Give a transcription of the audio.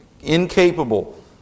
incapable